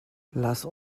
lass